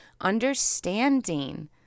Understanding